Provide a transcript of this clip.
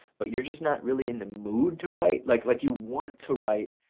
but you're just not really in the mood to write? like like you want to write,